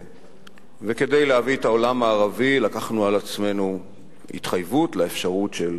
וכדי להביא את העולם הערבי לקחנו על עצמנו התחייבות לאפשרות של